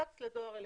לדואר אלקטרוני.